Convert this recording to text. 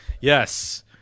yes